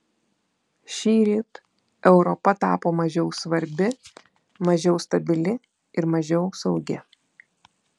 šįryt europa tapo mažiau svarbi mažiau stabili ir mažiau saugi